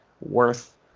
worth